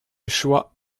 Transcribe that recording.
choix